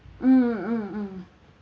mm mm mm